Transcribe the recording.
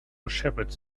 shepherds